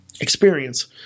experience